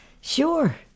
Sure